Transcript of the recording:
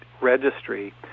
registry